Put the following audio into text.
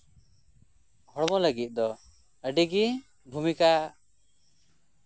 ᱦᱚᱲᱢᱚ ᱞᱟᱹᱜᱤᱫ ᱫᱚ ᱟᱹᱰᱤ ᱜᱮ ᱵᱷᱩᱢᱤᱠᱟ